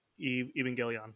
Evangelion